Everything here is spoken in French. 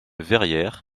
verrières